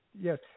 Yes